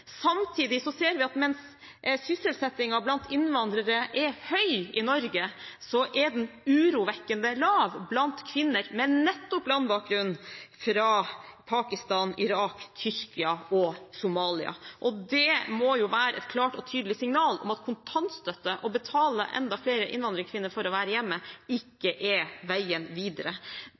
ser vi at mens sysselsettingen blant innvandrere er høy i Norge, er den urovekkende lav blant kvinner med nettopp landbakgrunn fra Pakistan, Irak, Tyrkia og Somalia. Det må jo være et klart og tydelig signal om at kontantstøtte – å betale enda flere innvandrerkvinner for å være hjemme – ikke er veien videre.